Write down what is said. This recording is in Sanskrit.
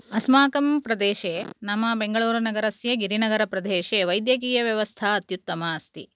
अस्माकं प्रदेशे नाम बेंगळूरुनगरस्य गिरिनगरप्रदेशे वैद्यकीयव्यवस्था अत्युत्तमा अस्ति